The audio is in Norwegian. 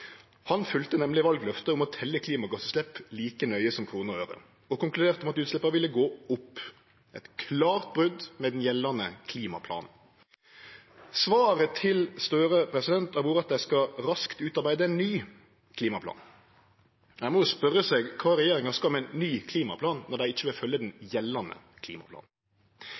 Han følgde nemleg valløftet om å telje klimagassutslepp like nøye som kroner og øre og konkluderte med at utsleppa ville gå opp – eit klart brot med den gjeldande klimaplanen. Svaret til Støre har vore at dei raskt skal utarbeide ein ny klimaplan. Ein må spørje seg kva regjeringa skal med ein ny klimaplan når dei ikkje vil følgje den gjeldande